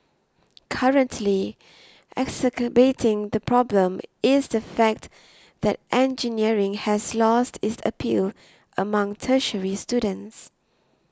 currently exacerbating the problem is the fact that engineering has lost its appeal among tertiary students